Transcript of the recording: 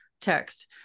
text